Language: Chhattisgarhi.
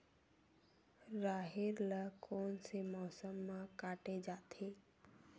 राहेर ल कोन से मौसम म काटे जाथे?